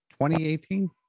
2018